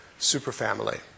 superfamily